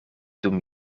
dum